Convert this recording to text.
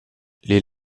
les